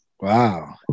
Wow